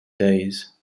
days